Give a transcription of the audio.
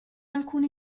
alcune